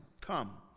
come